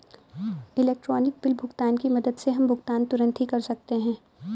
electronic bill भुगतान की मदद से हम भुगतान तुरंत ही कर सकते हैं